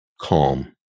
calm